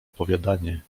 opowiadanie